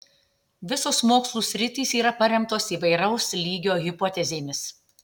visos mokslų sritys yra paremtos įvairaus lygio hipotezėmis